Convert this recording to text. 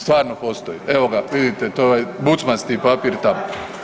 Stvarno postoji, evo ga vidite to je ovaj bucmasti papir tamo.